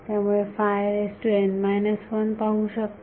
त्यामुळे आपण पाहू शकता